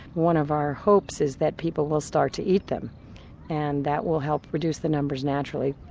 one of our hopes is that people will start to eat them and that will help reduce the numbers naturally.